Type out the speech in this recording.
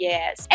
Yes